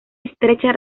estrecha